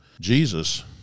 Jesus